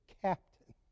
captain